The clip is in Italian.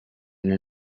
nel